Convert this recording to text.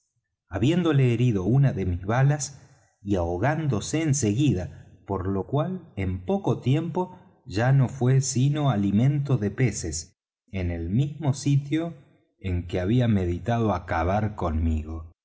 habiéndole herido una de mis balas y ahogádose en seguida por lo cual en poco tiempo ya no fué sino alimento de peces en el mismo sitio en que había meditado acabar conmigo